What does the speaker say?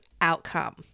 outcome